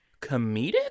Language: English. comedic